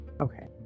Okay